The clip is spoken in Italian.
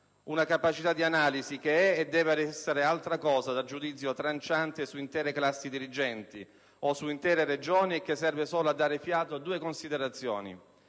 una capacità di analisi che è e deve essere altra cosa dal giudizio tranciante su intere classi dirigenti o su intere Regioni e che serve solo a dare fiato a due considerazioni: